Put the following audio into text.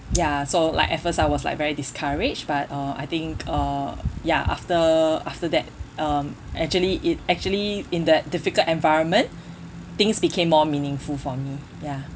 ya so like at first I was like very discouraged but uh I think uh ya after after that um actually it actually in that difficult environment things became more meaningful for me ya